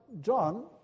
John